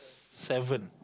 seven